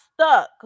stuck